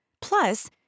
Plus